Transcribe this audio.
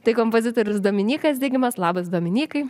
tai kompozitorius dominykas digimas labas dominykai